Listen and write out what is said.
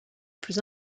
plus